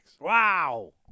Wow